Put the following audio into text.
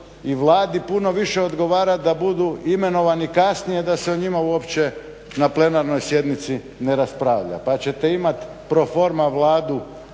i Vladi puno više odgovarati da budu imenovani kasnije, da se o njima uopće na plenarnoj sjednici ne raspravlja. Pa ćete imati pro forma Vladu